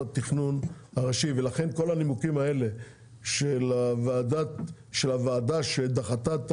התכנון הראשי ולכן כל הנימוקים האלה של הוועדה שדחתה את